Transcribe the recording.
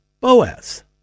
Boaz